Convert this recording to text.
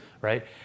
right